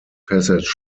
passage